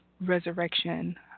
resurrection